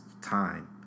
time